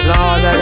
Lord